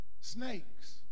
snakes